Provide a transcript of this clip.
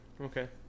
Okay